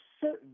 certain